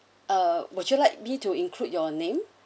uh would you like me to include your name